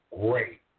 great